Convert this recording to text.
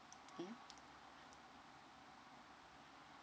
mm